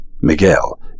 Miguel